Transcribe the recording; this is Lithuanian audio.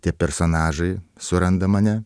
tie personažai suranda mane